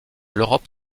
l’europe